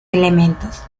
elementos